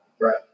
Right